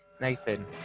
Nathan